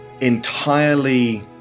entirely